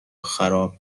خراب